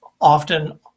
often